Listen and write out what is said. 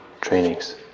trainings